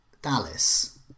Dallas